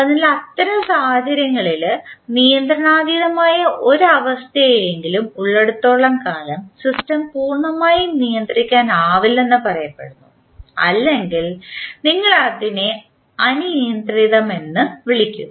അതിനാൽ അത്തരം സാഹചര്യങ്ങളിൽ നിയന്ത്രണാതീതമായ ഒരു അവസ്ഥയെങ്കിലും ഉള്ളിടത്തോളം കാലം സിസ്റ്റം പൂർണ്ണമായും നിയന്ത്രിക്കാനാവില്ലെന്ന് പറയപ്പെടുന്നു അല്ലെങ്കിൽ ഞങ്ങൾ അതിനെ അനിയന്ത്രിതമെന്ന് വിളിക്കുന്നു